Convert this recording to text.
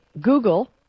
Google